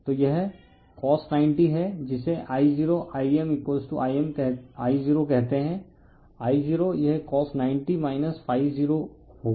तो यह cos90 है जिसे I0 I m I0 कहते हैं I0 यह cos90 0 होगा